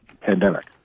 pandemic